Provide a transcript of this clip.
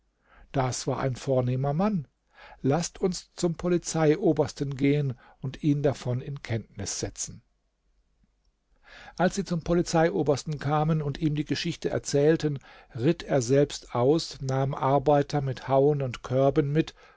das war ein vornehmer mann laßt uns zum polizeiobersten gehen und ihn davon in kenntnis setzen als sie zum polizeiobersten kamen und ihm die geschichte erzählten ritt er selbst aus nahm arbeiter mit hauen und körben mit